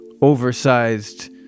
Oversized